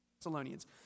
Thessalonians